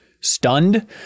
stunned